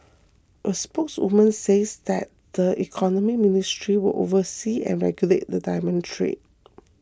a spokeswoman says that the Economy Ministry will oversee and regulate the diamond trade